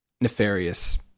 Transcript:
nefarious